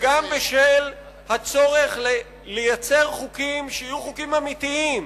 וגם בשל הצורך לייצר חוקים שיהיו חוקים אמיתיים,